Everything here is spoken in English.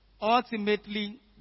Ultimately